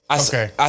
Okay